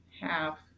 half